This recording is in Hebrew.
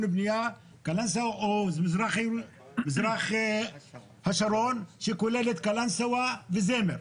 ובניה קלנסואה או מזרח השרון שכוללת את קלנסואה ושמר.